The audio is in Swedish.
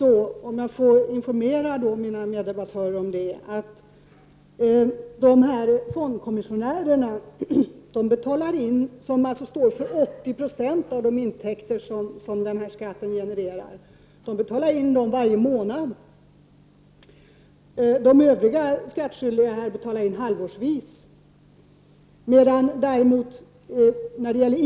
Låt mig dock informera mina meddebattörer om att fondkommissionärerna, som står för 80 96 av de intäkter som denna skatt genererar, betalar in dessa varje månad. De övriga skattskyldiga på området gör sina inbetalningar halvårsvis.